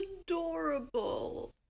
adorable